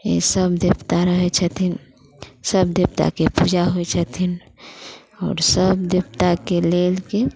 ई सब देवता रहै छथिन सब देवताके पूजा होइ छथिन आओर सब देवताके लेल